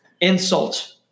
insult